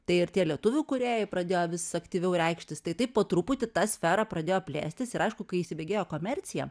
tai ir tie lietuvių kūrėjai pradėjo vis aktyviau reikštis tai taip po truputį ta sfera pradėjo plėstis ir aišku kai įsibėgėjo komercija